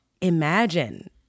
Imagine